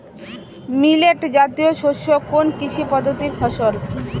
Millet জাতীয় শস্য কোন কৃষি পদ্ধতির ফসল?